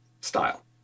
style